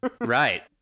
Right